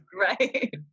Right